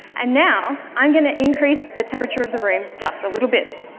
and now i'm going to increase the temperature of the room just a little bit,